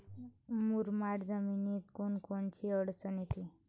मुरमाड जमीनीत कोनकोनची अडचन येते?